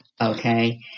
Okay